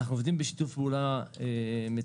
אנחנו עובדים בשיתוף פעולה מצוין,